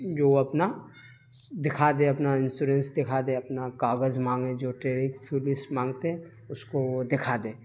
جو اپنا دکھا دے اپنا انسورینس دکھا دے اپنا کاغذ مانگے جو ٹریفک پولیس مانگتے ہیں اس کو وہ دکھا دے